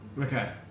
Okay